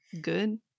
good